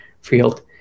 field